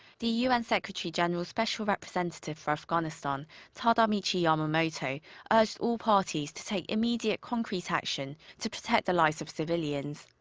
the un secretary-general's special representative for afghanistan tadamichi yamamoto urged all parties to take immediate concrete action to protect the lives of civilians.